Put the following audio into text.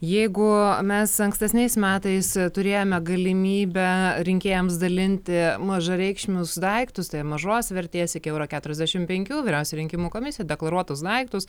jeigu mes ankstesniais metais turėjome galimybę rinkėjams dalinti mažareikšmius daiktus tai mažos vertės iki euro keturiasdešimt penkių vyriausioji rinkimų komisija deklaruotus daiktus